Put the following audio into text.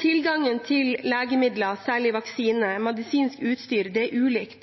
Tilgangen til legemidler, særlig vaksiner og medisinsk utstyr, er ulik,